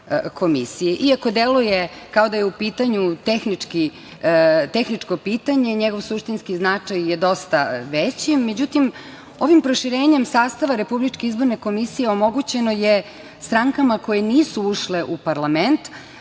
deluje kao da je u pitanju tehničko pitanje, njegov suštinski značaj je dosta veći, međutim ovim proširenjem sastava RIK omogućeno je strankama koje nisu ušle u parlament